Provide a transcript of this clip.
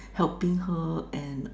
helping her and